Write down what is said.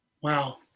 Wow